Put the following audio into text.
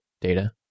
data